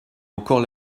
encore